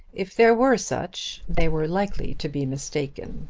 if there were such they were likely to be mistaken,